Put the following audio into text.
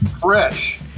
fresh